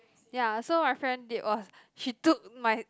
ya so my friend did was she took my